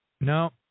no